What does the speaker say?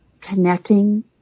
connecting